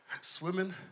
swimming